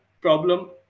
problem